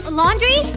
laundry